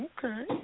Okay